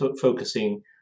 focusing